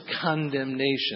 condemnation